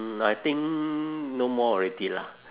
mm I think no more already lah